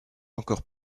encore